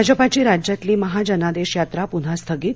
भाजपाची राज्यातली महा जनादेश यात्रा पुन्हा स्थगित